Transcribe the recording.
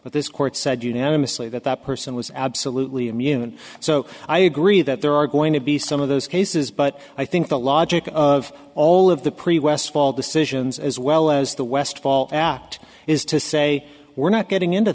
but this court said unanimously that that person was absolutely immune so i agree that there are going to be some of those cases but i think the logic of all of the pre westfall decisions as well as the westfall act is to say we're not getting into